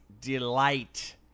delight